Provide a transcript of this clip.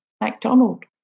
MacDonald